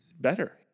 better